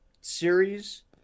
series